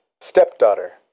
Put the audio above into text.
Stepdaughter